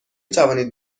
توانید